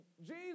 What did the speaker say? Jesus